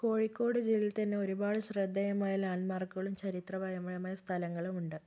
കോഴിക്കോട് ജില്ലയിൽ തന്നെ ഒരുപാട് ശ്രദ്ധേയമായ ലാൻഡ്മാർക്കുകളും ചരിത്രപരമായ സ്ഥലങ്ങളും ഉണ്ട്